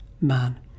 man